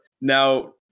Now